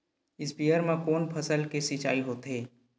स्पीयर म कोन फसल के सिंचाई होथे?